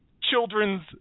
children's